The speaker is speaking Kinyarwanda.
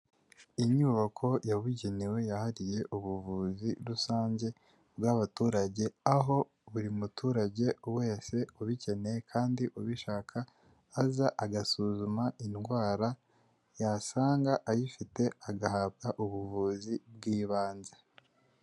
Inyubako yabugenewe yahariwe ubuvuzi rusange bw'abaturage, aho buri muturage wese ubikeneye kandi ubishaka aza agasuzumwa indwara yasanga ayifite agahabwa ubuvuzi bw'ibanze.